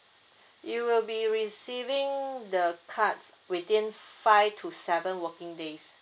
you will be receiving the card within five to seven working days